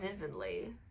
vividly